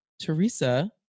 Teresa